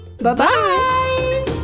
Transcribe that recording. Bye-bye